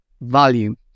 value